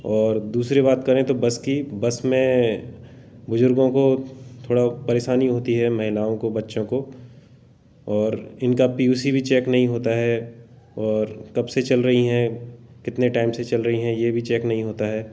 और दूसरी बात करें तो बस की बस में बुजुर्गों को थोड़ा परेशानी होती है महिलाओं को बच्चों को और इनका पी यू सी भी चेक नहीं होता है और कबसे चल रही हैं कितने टाइम से चल रही हैं यह भी चेक नहीं होता है